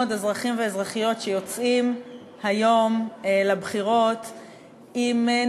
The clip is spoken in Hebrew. אזרחים ואזרחיות שיוצאים היום לבחירות עם,